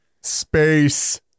space